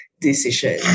decision